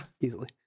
Easily